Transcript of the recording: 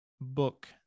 book